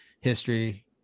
history